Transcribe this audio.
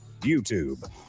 YouTube